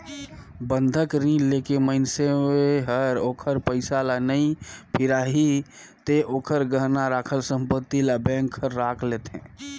बंधक रीन लेके मइनसे हर ओखर पइसा ल नइ फिराही ते ओखर गहना राखल संपति ल बेंक हर राख लेथें